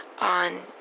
on